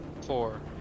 Four